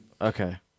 Okay